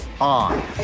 on